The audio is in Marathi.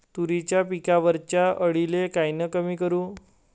तुरीच्या पिकावरच्या अळीले कायनं कमी करू?